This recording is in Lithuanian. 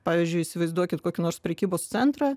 pavyzdžiui įsivaizduokit kokį nors prekybos centrą